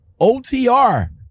OTR